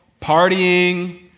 partying